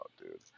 dude